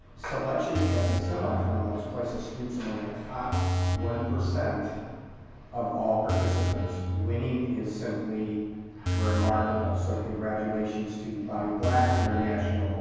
selection as a semi-finalist places students among the top one percent of all participants. winning is simply remarkable, so congratulations to bobby black international